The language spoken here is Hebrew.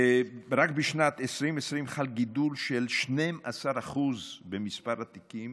רק בשנת 2020 חל גידול של 12% במספר התיקים